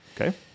Okay